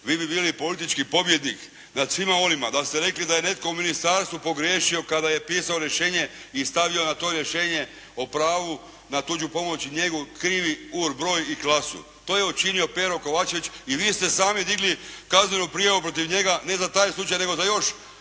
vi bi bili politički pobjednik nad svima onima da ste rekli da je netko u ministarstvu pogriješio kada je pisao rješenje i stavio na to rješenje o pravu na tuđu pomoć i njegov krivi urbroj i klasu. To je učinio Pero Kovačević i vi ste sami digli kaznenu prijavu protiv njega ne za taj slučaj nego za još